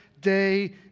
day